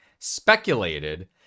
Speculated